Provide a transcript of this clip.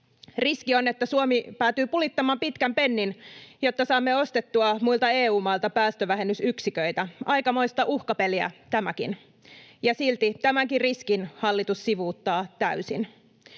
Riski on, että Suomi päätyy pulittamaan pitkän pennin, jotta saamme ostettua muilta EU-mailta päästövähennysyksiköitä. Aikamoista uhkapeliä tämäkin, ja silti, tämänkin riskin hallitus sivuuttaa täysin.